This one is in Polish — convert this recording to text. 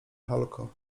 halko